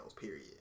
period